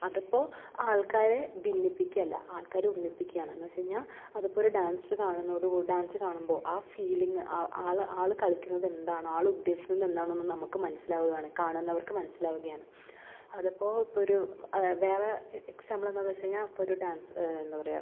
അതിപ്പോൾ ആൾക്കാരെ ഭിന്നിപ്പിക്കലല്ല ആൾക്കാരെ ഒന്നിപ്പിക്കലാണ് എന്നെച്ചഴിഞ്ഞാ അതിപ്പോ ഒര് ഡാൻസ് കാണുന്നതോട് കൂടി ഡാൻസ് കാണുമ്പോൾ ആ ഫീലിംഗ് ആ ആള് ആള് കളിക്കുന്നതെന്താണോ ആളുദ്ദേശിക്കുന്നത് എന്താണെന്ന് നമുക്ക് മനസ്സിലാകുവാണ് കാണുന്നവർക്ക് മനസ്സിലാവുകയാണ് അത് അപ്പോൾ ഒരു അതെ വേറെ എക്സാമ്പിളെന്ന് വെച്ച് കഴിഞ്ഞാൽ ഒര് ഡാൻസ് എന്താ പറയുക